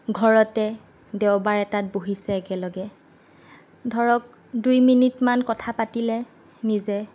ঘৰতে দেওবাৰ এটাত বহিছে একেলগে ধৰক দুইমিনিটমান কথা পাতিলে নিজে